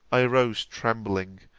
i arose trembling,